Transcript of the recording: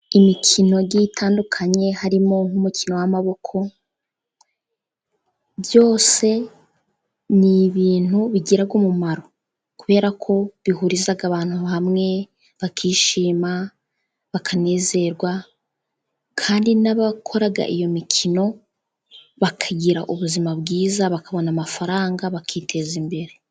Imikino igiye itandukanye harimo nk'umukino w'amaboko, byose ni ibintu bigira umumaro kubera ko bihuriza abantu hamwe bakishima, bakanezerwa kandi n'abakora iyo mikino bakagira ubuzima bwiza, bakabona amafaranga bakiteza imbere.